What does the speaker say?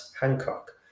Hancock